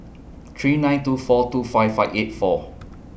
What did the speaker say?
three nine two four two five five eight four